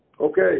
Okay